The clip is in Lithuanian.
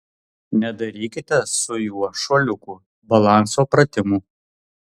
nedarykite su juo šuoliukų balanso pratimų